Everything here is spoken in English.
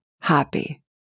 happy